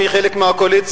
שהיא חלק מהקואליציה,